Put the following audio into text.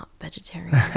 vegetarian